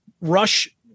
rush